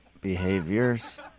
behaviors